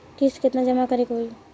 किस्त केतना जमा करे के होई?